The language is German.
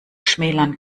schmälern